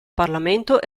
parlamento